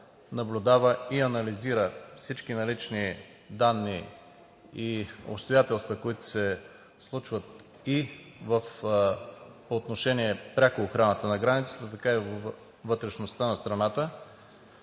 наблюдава и анализира всички налични данни и обстоятелства, които се случват и по отношение пряко охраната на границата, и във вътрешността на страната,